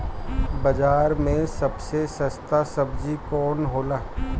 बाजार मे सबसे सस्ता सबजी कौन होला?